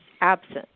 absent